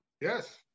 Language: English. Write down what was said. Yes